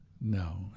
No